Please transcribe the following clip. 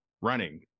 running